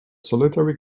solitary